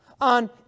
on